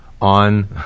on